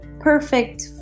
perfect